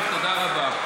טוב, תודה רבה.